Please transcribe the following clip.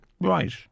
Right